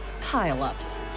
pile-ups